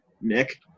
Nick